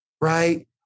right